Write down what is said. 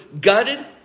gutted